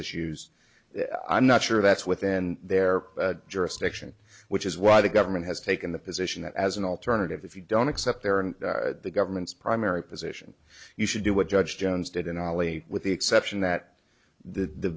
issues i'm not sure that's within their jurisdiction which is why the government has taken the position that as an alternative if you don't accept their and the government's primary position you should do what judge jones did and ali with the exception that the